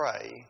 pray